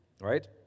Right